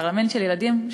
פרלמנט של ילדים,